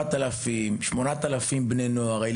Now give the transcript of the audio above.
אתם תראו שם כ-7,000,